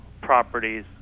properties